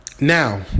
Now